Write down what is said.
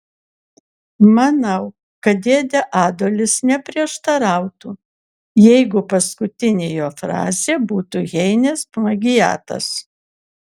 manau kad dėdė adolis neprieštarautų jeigu paskutinė jo frazė būtų heinės plagiatas